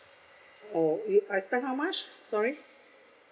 oh you I spend how much sorry